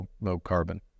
low-carbon